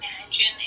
imagine